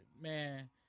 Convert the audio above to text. man